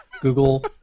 Google